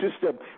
system